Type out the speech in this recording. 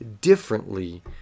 differently